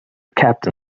captain